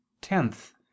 Tenth